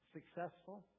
Successful